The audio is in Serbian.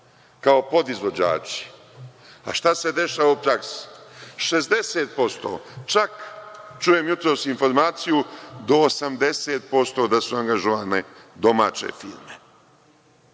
kao podizvođači, a šta se dešava u praksi? Šezdeset posto, čak čujem jutros informaciju do 80% da su angažovane domaće firme.